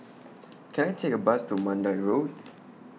Can I Take A Bus to Mandai Road